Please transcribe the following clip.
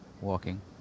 walking